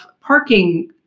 parking